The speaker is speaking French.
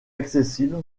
accessible